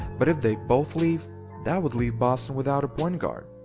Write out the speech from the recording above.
but if they both leave that would leave boston without a point guard.